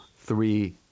three